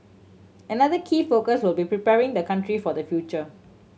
another key focus will be preparing the country for the future